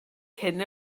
cyn